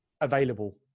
available